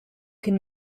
can